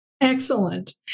Excellent